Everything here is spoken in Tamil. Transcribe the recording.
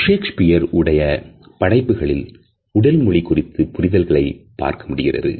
ஷேக்ஸ்பியர் உடைய படைப்புகளில் உடல் மொழி குறித்த புரிதல்களை பார்க்க முடிகிறது